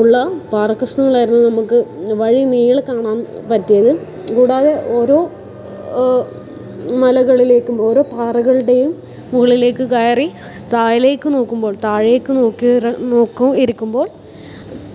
ഉള്ള പാറ കഷ്ണങ്ങളായിരുന്നു നമുക്ക് വഴി നീളെ കാണാൻ പറ്റിയത് കൂടാതെ ഓരോ മലകളിലേക്കും ഓരോ പാറകളുടെയും മുകളിലേക്ക് കയറി താഴലേക്ക് നോക്കുമ്പോൾ താഴേക്ക് നോക്കിയവർ നോക്കി ഇരിക്കുമ്പോൾ